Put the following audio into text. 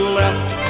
left